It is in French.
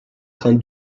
train